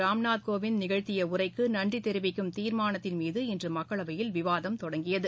ராம்நாத் கோவிந்த் நிகழ்த்திய உரைக்கு நன்றி தெரிவிக்கும் தீர்மானத்தின்மீது இன்று மக்களவையில் விவாதம் தொடங்கியது